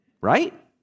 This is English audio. right